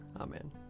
Amen